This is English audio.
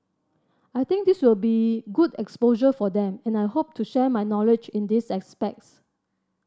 I think this will be good exposure for them and I hope to share my knowledge in these aspects